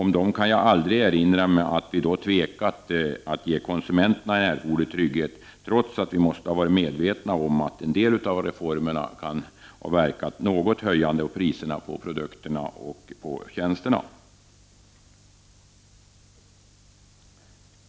Jag kan inte erinra mig att vi någonsin har tvekat att ge konsumenterna erforderlig trygghet, trots att vi måste ha varit medvetna om att en del av reformerna kan ha verkat något höjande på priserna för produkterna eller tjänsterna.